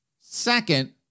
Second